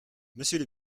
monsieur